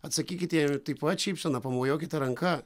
atsakykite ir taip pat šypsena pamojuokite ranka